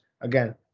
Again